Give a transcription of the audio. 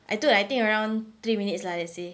I took like I think around three minutes lah let's say